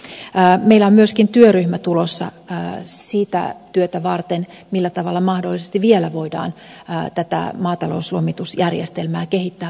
meillä on myöskin työryhmä tulossa sitä työtä varten millä tavalla mahdollisesti vielä voidaan tätä maatalouslomitusjärjestelmää kehittää paremmaksi